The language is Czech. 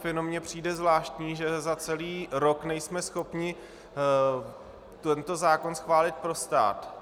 Jenom mi přijde zvláštní, že za celý rok nejsme schopni tento zákon schválit pro stát.